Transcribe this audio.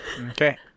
Okay